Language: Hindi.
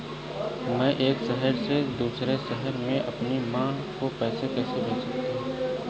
मैं एक शहर से दूसरे शहर में अपनी माँ को पैसे कैसे भेज सकता हूँ?